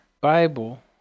Bible